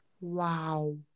wow